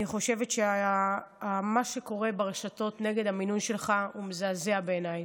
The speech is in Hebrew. אני חושבת שמה שקורה ברשתות נגד המינוי שלך הוא מזעזע בעיניי.